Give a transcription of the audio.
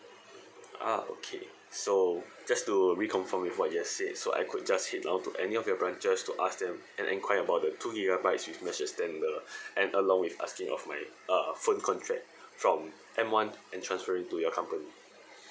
ah okay so just to reconfirm with what you have said so I could just head down to any of your branches to ask them and enquire about the two gigabyte with mesh extender and along with asking of my uh phone contract from M one and transferring to your company